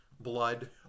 blood